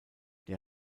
der